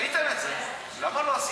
ראיתם את זה, למה לא עשיתם?